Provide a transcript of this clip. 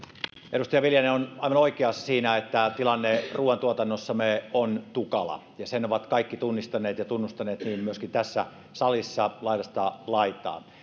edustaja viljanen on aivan oikeassa siinä että tilanne ruuantuotannossamme on tukala ja sen ovat kaikki tunnistaneet ja tunnustaneet niin myöskin tässä salissa laidasta laitaan